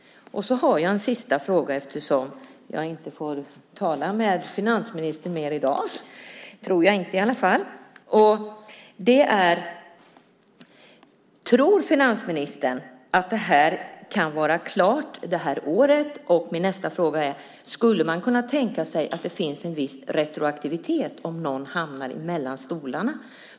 Jag har en sista fråga, jag tror inte att jag får tala med finansministern mer i dag: Tror finansministern att det här kan vara klart det här året? Skulle man kunna tänka sig att det blir en viss retroaktivitet om någon hamnar mellan stolarna?